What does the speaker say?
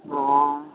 हा